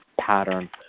pattern